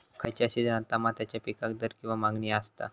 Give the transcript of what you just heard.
खयच्या सिजनात तमात्याच्या पीकाक दर किंवा मागणी आसता?